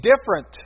different